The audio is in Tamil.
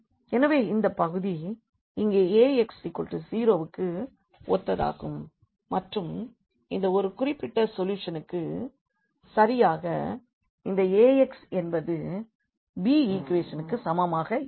எனவே இந்த பகுதி இங்கே Ax0 க்கு ஒத்ததாகும் மற்றும் இந்த ஒரு குறிப்பிட்ட சொல்யூஷனுக்கு சரியாக இந்த Ax என்பது b ஈக்குவேஷனுக்கு சமமாக இருக்கும்